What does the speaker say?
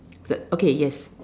okay yes